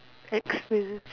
exquisite